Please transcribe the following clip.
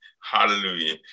Hallelujah